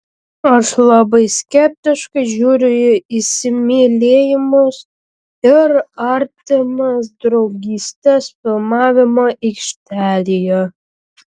aš labai skeptiškai žiūriu į įsimylėjimus ir artimas draugystes filmavimo aikštelėje